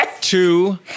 two